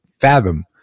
fathom